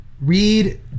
read